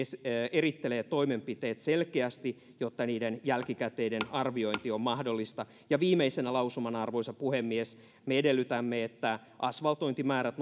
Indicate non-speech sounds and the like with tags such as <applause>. erittelee toimenpiteet selkeästi jotta niiden jälkikäteinen arviointi on mahdollista ja viimeisenä lausumana arvoisa puhemies me edellytämme että asfaltointimäärät <unintelligible>